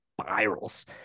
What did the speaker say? spirals